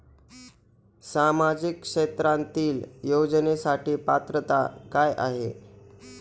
सामाजिक क्षेत्रांतील योजनेसाठी पात्रता काय आहे?